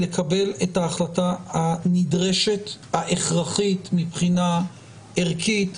לקבל את ההחלטה הנדרשת ההכרחית מבחינה ערכית,